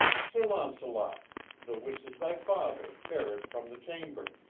sir launcelot, the which is thy father, bare it from the chamber.